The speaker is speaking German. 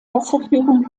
wasserführung